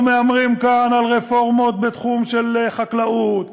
אנחנו מהמרים כאן על רפורמות בתחום של חקלאות,